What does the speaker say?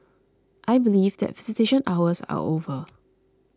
I believe that visitation hours are over